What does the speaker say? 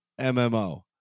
MMO